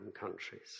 countries